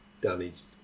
damaged